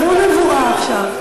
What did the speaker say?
עזבו נבואה עכשיו,